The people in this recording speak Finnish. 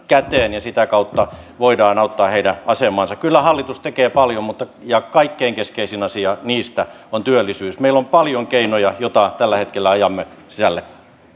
käteen ja sitä kautta voidaan auttaa heidän asemaansa kyllä hallitus tekee paljon ja kaikkein keskeisin asia on työllisyys meillä on paljon keinoja joita tällä hetkellä ajamme sisälle